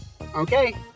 Okay